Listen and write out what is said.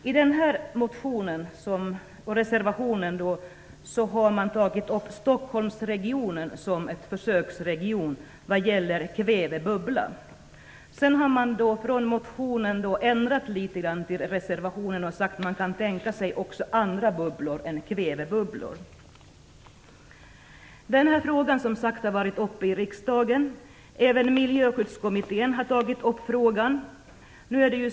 Både i reservationen och i en motion har man nämnt Stockholmsregionen som en försöksregion vad gäller en kvävebubbla. Man har ändrat kravet i motionen och sagt i reservationen att man kan tänka sig också andra bubblor än kvävebubblor. Den här frågan har, som sagt var, tidigare varit uppe i riksdagen. Även Miljöskyddskommittén har tagit upp den.